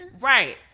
Right